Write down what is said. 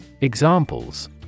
Examples